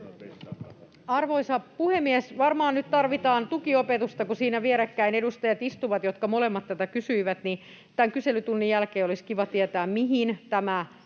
Arvoisa puhemies! Varmaan nyt tarvitaan tukiopetusta, kun siinä vierekkäin istuvat edustajat, jotka molemmat tätä kysyivät. Tämän kyselytunnin jälkeen olisi kiva tietää, mihin tämä